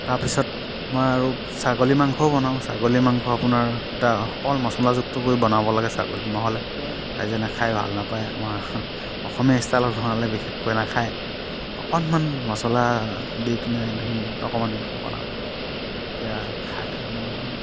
তাৰ পিছত মই আৰু ছাগলী মাংসও বনাওঁ ছাগলী মাংস আপোনাৰ এটা অকণমান মচলাযুক্তকৈ বনাব লাগে ছাগলী নহ'লে ৰাইজে নেখায় ভাল নেপায় আমাৰ অসমীয়া ইষ্টাইলত বনালে বিশেষকৈ নাখায় অকণমান মচলা দি পিনে ধুন অকণমান বনাব লাগে তেতিয়া খায় মানুহে খায়